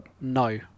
No